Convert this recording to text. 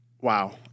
wow